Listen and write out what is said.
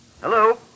Hello